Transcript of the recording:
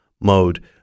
mode